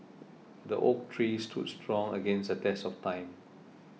the oak tree stood strong against the test of time